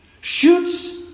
shoots